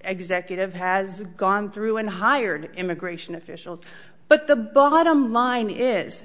executive has gone through and hired immigration officials but the bottom line is